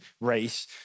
race